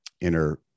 inner